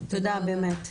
תודה באמת,